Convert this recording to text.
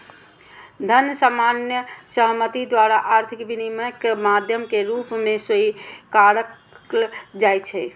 धन सामान्य सहमति द्वारा आर्थिक विनिमयक माध्यम के रूप मे स्वीकारल जाइ छै